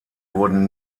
wurden